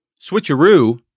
switcheroo